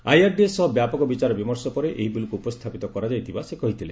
IRDA ସହ ବ୍ୟାପ ବିଚାର ବିମର୍ଶ ପରେ ଏହି ବିଲ୍କୁ ଉପସ୍ଥାପିତ କରାଯାଇଥିବା ସେ କହିଥିଲେ